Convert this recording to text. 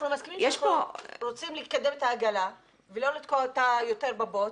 אנחנו רוצים לקדם את העגלה ולא לתקוע אותה יותר בבוץ.